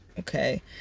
Okay